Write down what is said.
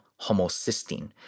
homocysteine